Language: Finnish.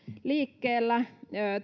liikkeellä